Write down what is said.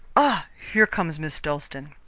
ah! here comes miss dalstan.